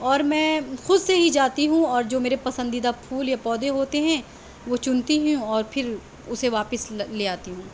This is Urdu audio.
اور میں خود سے ہی جاتی ہوں اور جو میرے پسندیدہ پھول یا پودے ہوتے ہیں وہ چنتی ہوں اور پھر اسے واپس لے آتی ہوں